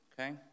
okay